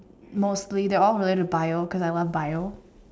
mostly they're all related to Bio because I love Bio